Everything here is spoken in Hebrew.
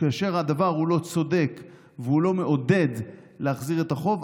כאשר הדבר הוא לא צודק והוא לא מעודד להחזיר את החוב,